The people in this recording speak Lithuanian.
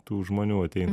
tų žmonių ateina